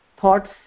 thoughts